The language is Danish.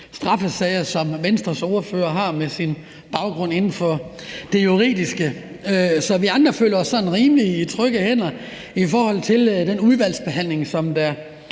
straffesager, som Venstres ordfører har med sin baggrund inden for det juridiske. Så vi andre føler os i sådan rimelig trygge hænder i forhold til den udvalgsbehandling, der